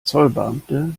zollbeamte